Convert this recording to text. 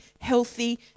healthy